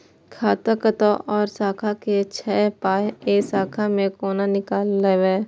खाता कतौ और शाखा के छै पाय ऐ शाखा से कोना नीकालबै?